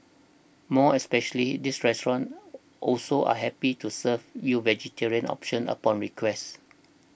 more especially this restaurant also are happy to serve you vegetarian options upon request